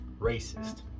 racist